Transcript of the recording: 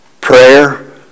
prayer